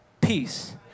peace